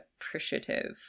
appreciative